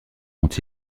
dont